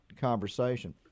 conversation